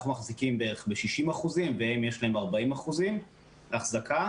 אנחנו מחזיקים בערך ב-60% והם יש להם 40% אחזקה.